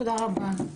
תודה רבה.